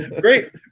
Great